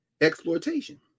exploitation